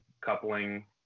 coupling